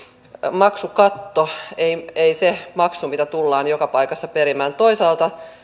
maksukatto ei ei se maksu mitä tullaan joka paikassa perimään toisaalta